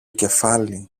κεφάλι